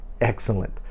excellent